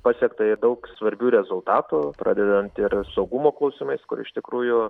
pasiekta daug svarbių rezultatų pradedant ir saugumo klausimais kur iš tikrųjų